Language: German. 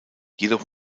jedoch